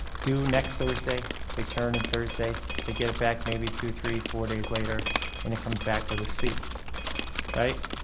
due next thursday they turn in thursday they get it back maybe two three four days later and it comes back with a see right